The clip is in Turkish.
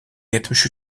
yetmiş